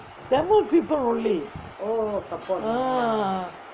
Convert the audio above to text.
tamil people only ah